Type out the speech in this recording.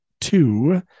two